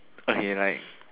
okay like